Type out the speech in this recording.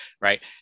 right